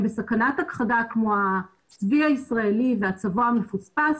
בסכנת הכחדה כמו הצבי הישראלי והצבוע המפוספס.